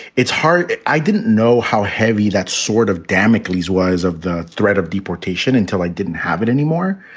its heart. i didn't know how heavy that sword of damocles was of the threat of deportation until i didn't have it anymore.